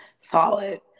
Solid